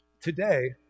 Today